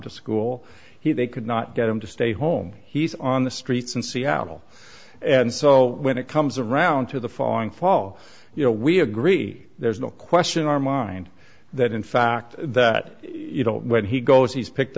to school he they could not get him to stay home he's on the streets in seattle and so when it comes around to the following fall you know we agree there's no question our mind that in fact that you know when he goes he's picked